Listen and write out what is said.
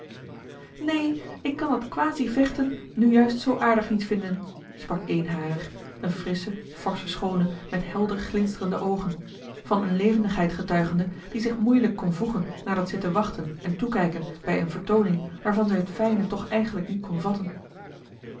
neen ik kan dat kwasi vechten nu juist zoo aardig niet vinden sprak een harer een frissche forsche schoone met helder glinsterende oogen van eene levendigheid getuigende die zich moeielijk kon voegen naar dat zitten wachten en toekijken bij eene vertooning waarvan zij het fijne toch eigenlijk niet kon